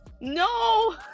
No